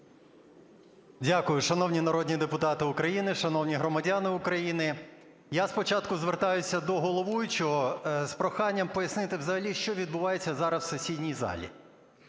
Дякую. Шановні народні депутати України, шановні громадяни України! Я спочатку звертаюсь до головуючого з проханням пояснити взагалі, що відбувається зараз в сесійній залі.